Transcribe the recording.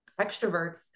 extroverts